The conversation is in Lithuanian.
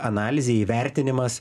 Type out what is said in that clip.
analizė įvertinimas